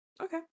Okay